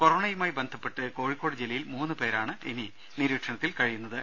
കൊറോണയുമായി ബന്ധപ്പെട്ട് കോഴിക്കോട് ജില്ലയിൽ ദ പേരാണ് ഇനി നിരീക്ഷണത്തിലുള്ളത്